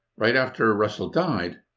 right after russell died,